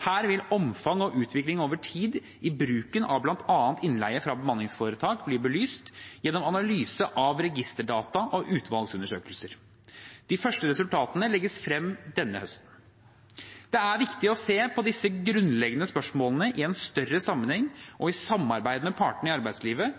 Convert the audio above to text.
Her vil omfang og utvikling over tid i bruken av bl.a. innleie fra bemanningsforetak bli belyst gjennom analyse av registerdata og utvalgsundersøkelser. De første resultatene legges frem denne høsten. Det er viktig å se på disse grunnleggende spørsmålene i en større sammenheng og i samarbeid med partene i arbeidslivet.